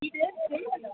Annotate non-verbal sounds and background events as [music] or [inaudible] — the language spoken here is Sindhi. [unintelligible]